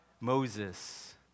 Moses